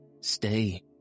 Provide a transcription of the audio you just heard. Stay